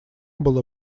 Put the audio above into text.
было